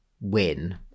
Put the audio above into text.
win